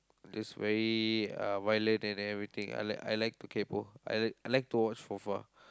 just very uh violent and everything I like I like to kaypoh I like I like to watch from far